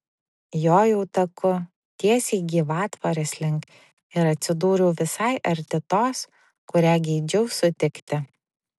jojau taku tiesiai gyvatvorės link ir atsidūriau visai arti tos kurią geidžiau sutikti